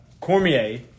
Cormier